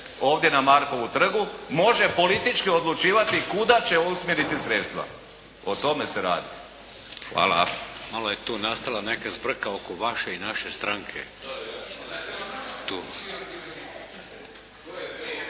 ovdje na Markovu trgu, može politički odlučivati kuda će usmjeriti sredstva. O tome se radi. **Šeks, Vladimir (HDZ)** Hvala. Malo je tu nastala neka zbrka oko vaše i naše stranke. …